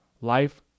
Life